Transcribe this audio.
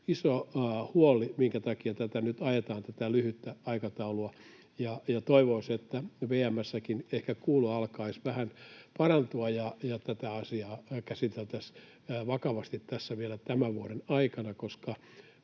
iso huoli, minkä takia nyt ajetaan tätä aikataulua. Toivoisin, että VM:ssäkin ehkä kuulo alkaisi vähän parantua ja tätä asiaa käsiteltäisiin vakavasti vielä tämän vuoden aikana,